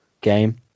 game